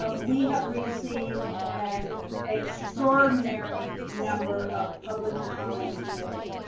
um we have received an extraordinary number of public comment submittals.